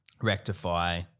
rectify